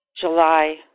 July